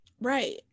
Right